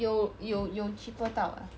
有有有 cheaper 到 ah